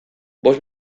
bost